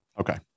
Okay